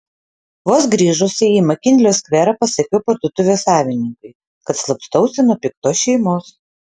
vos grįžusi į makinlio skverą pasakiau parduotuvės savininkui kad slapstausi nuo piktos šeimos